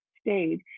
stayed